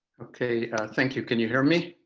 okay. thank you, can you hear me.